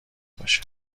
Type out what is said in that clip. باشه